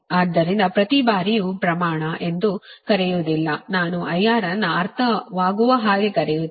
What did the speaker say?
ಆದ್ದರಿಂದ ಪ್ರತಿ ಬಾರಿಯೂ ಪ್ರಮಾಣ ಎಂದು ಕರೆಯುವುದಿಲ್ಲ ನಾನು IR ಅನ್ನು ಅರ್ಥವಾಗುವ ಹಾಗೆ ಕರೆಯುತ್ತೇನೆ